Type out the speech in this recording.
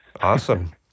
Awesome